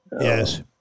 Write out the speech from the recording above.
yes